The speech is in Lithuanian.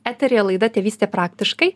eteryje laida tėvystė praktiškai